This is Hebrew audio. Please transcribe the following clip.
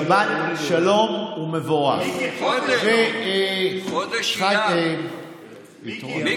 שבת שלום ומבורך וחג הנביא יתרו שמח.